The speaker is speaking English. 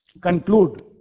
conclude